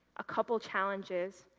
a couple challenges,